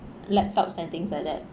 laptops and things like that